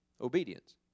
Obedience